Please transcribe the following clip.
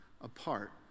apart